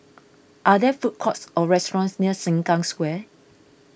are there food courts or restaurants near Sengkang Square